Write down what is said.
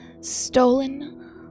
stolen